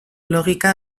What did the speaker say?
logika